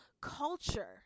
culture